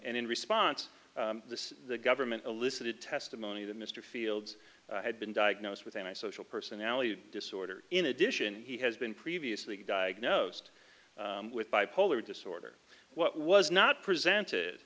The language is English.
and in response to the government elicited testimony that mr fields had been diagnosed with a my social personality disorder in addition he has been previously diagnosed with bipolar disorder what was not presented